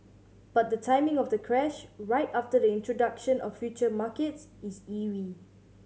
but the timing of the crash right after the introduction of future markets is eerie